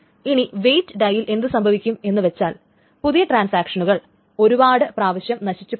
ഇനി വെയിറ്റ് ഡൈയിൽ എന്ത് സംഭവിക്കും എന്ന് വെച്ചാൽ പുതിയ ട്രാൻസാക്ഷനുകൾ ഒരുപാട് പ്രാവശ്യം നശിച്ചുപോകും